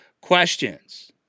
questions